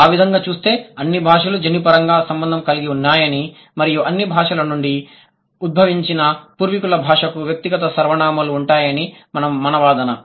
ఆ విధంగా చూస్తే అన్ని భాషలు జన్యుపరంగా సంబంధం కలిగి ఉన్నాయని మరియు అన్ని భాషల నుండి ఉద్భవించిన పూర్వీకుల భాషకు వ్యక్తిగత సర్వనామాలు ఉంటాయని మన వాదన